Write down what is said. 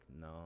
No